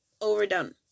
overdone